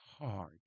hard